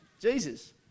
Jesus